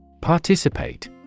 Participate